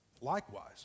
Likewise